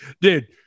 dude